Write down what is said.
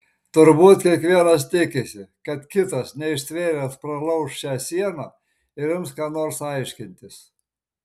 turbūt kiekvienas tikisi kad kitas neištvėręs pralauš šią sieną ir ims ką nors aiškintis